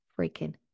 freaking